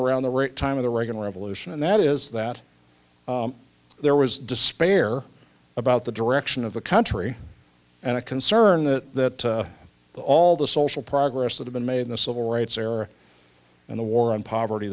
around the right time of the reagan revolution and that is that there was despair about the direction of the country and a concern that all the social progress that have been made in the civil rights era and the war on poverty